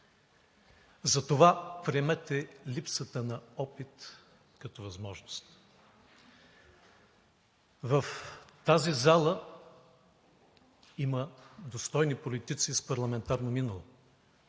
Затова приемете липсата на опит като възможност. В тази зала има достойни политици с парламентарно минало,